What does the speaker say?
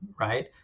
right